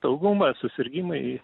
dauguma susirgimai